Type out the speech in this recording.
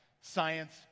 science